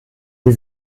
sie